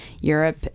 Europe